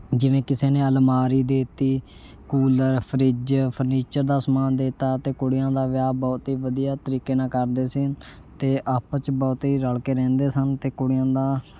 ਜਿਵੇਂ ਕਿਸੇ ਨੇ ਅਲਮਾਰੀ ਦੇ ਤੀ ਕੂਲਰ ਫਰਿੱਜ਼ ਫਰਨੀਚਰ ਦਾ ਸਮਾਨ ਦੇ ਤਾ ਅਤੇ ਕੁੜੀਆਂ ਦਾ ਵਿਆਹ ਬਹੁਤ ਹੀ ਵਧੀਆ ਤਰੀਕੇ ਨਾਲ ਕਰਦੇ ਸੀ ਅਤੇ ਆਪਸ 'ਚ ਬਹੁਤ ਹੀ ਰਲ ਕੇ ਰਹਿੰਦੇ ਸਨ ਅਤੇ ਕੁੜੀਆਂ ਦਾ